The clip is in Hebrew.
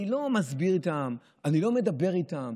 אני לא מסביר להם, אני לא מדבר איתם.